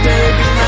Baby